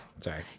Sorry